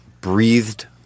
breathed